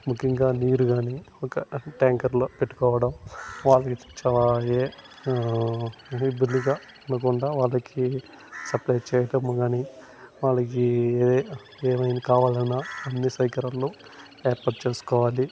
ముఖ్యంగా నీరు కానీ ఒక ట్యాంకర్లో పెట్టుకోవటం అంటే వాళ్ళకి బిజీ బిజీగా లేకుండా వాళ్ళకి సప్లై చేయటం కానీ వాళ్ళకి ఏ ఏమేం కావాలన్నా అన్ని సౌకర్యాలను ఏర్పాటు చేసుకోవాలి